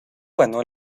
ganó